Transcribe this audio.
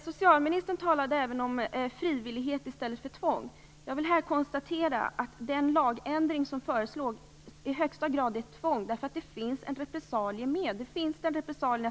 Socialministern talade även om frivillighet i stället för tvång. Jag vill här konstatera att den lagändring som föreslås i högsta grad innebär ett tvång, eftersom den innefattar en repressalie.